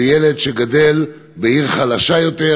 וילד שגדל בעיר חלשה יותר,